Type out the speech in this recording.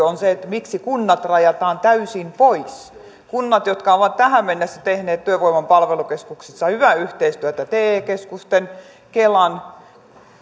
on se miksi kunnat rajataan täysin pois kunnat jotka ovat tähän mennessä tehneet työvoiman palvelukeskuksissa hyvää yhteistyötä te keskusten kelan